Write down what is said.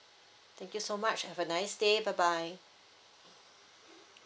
thank you so much have a nice day bye bye